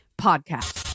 Podcast